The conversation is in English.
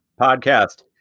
podcast